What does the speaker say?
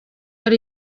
ari